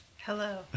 Hello